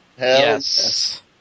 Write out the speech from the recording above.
Yes